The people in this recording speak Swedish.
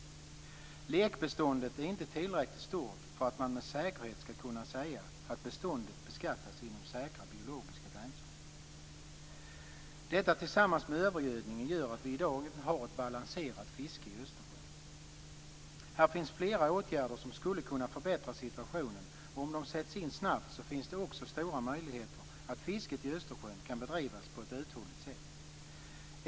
Lekbeståndet är inte tillräckligt stort för att man med säkerhet ska kunna säga att beståndet beskattas inom säkra biologiska gränser. Detta tillsammans med övergödningen gör att vi i dag inte har ett balanserat fiske i Östersjön. Här finns flera åtgärder som skulle kunna förbättra situationen, och om de sätts in snabbt finns det också stora möjligheter att fisket i Östersjön kan bedrivas på ett uthålligt sätt.